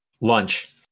Lunch